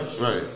right